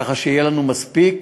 ככה שיהיה לנו מספיק.